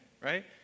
right